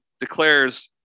declares